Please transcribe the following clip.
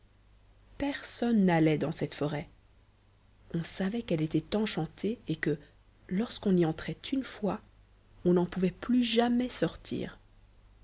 personne n'allait dans cette forêt on savait qu'elle était enchantée et que lorsqu'on y entrait une fois on n'en pouvait plus jamais sortir